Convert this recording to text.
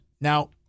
Now